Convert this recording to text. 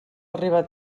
arribar